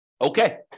Okay